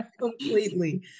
Completely